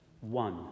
One